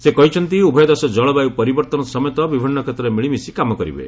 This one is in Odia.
ସେ କହିଛନ୍ତି ଉଭୟ ଦେଶ ଜଳବାୟୁ ପରିବର୍ତ୍ତନ ସମେତ ବିଭିନ୍ନ କ୍ଷେତ୍ରରେ ମିଳିମିଶି କାମ କରିବେ